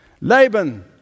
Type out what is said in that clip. Laban